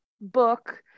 book